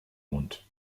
mund